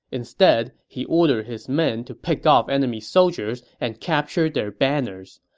instead, he ordered his men to pick off enemy soldiers and capture their banners.